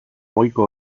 goiko